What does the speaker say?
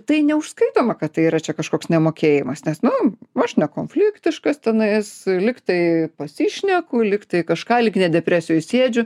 tai neužskaitoma kad tai yra čia kažkoks nemokėjimas nes nu aš nekonfliktiškas tenais lyg tai pasišneku lyg tai kažką lyg ne depresijoj sėdžiu